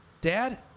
Dad